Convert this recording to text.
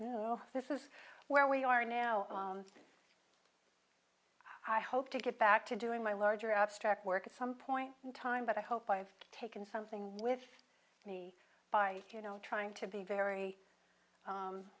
things this is where we are now i hope to get back to doing my larger abstract work at some point in time but i hope i've taken something with me by you know trying to be very